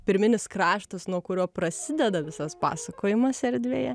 pirminis kraštas nuo kurio prasideda visas pasakojimas erdvėje